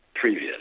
previous